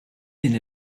din